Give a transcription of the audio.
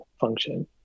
function